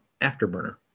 afterburner